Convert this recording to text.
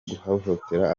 guhohotera